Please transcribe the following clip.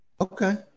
Okay